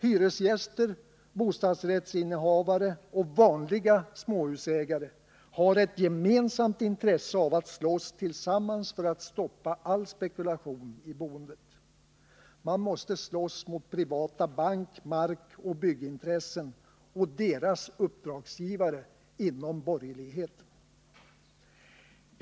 Hyresgäster, bostadsrättsinnehavare och vanliga småhusägare har ett gemensamt intresse av att slåss tillsammans för att stoppa all spekulation i boendet. Man måste slåss mot privata bank-, markoch byggintressen och deras hantlangare inom borgerligheten.